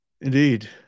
Indeed